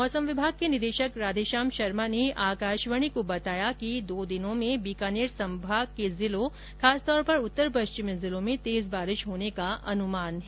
मौसम विभाग के निदेशक राधेश्याम शर्मा ने आकाशवाणी के साथ बातचीत में बताया कि दो दिन बीकानेर संभाग के जिलों खासतौर पर उत्तर पश्चिमी जिलों में तेज बारिश होने का अनुमान है